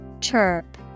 Chirp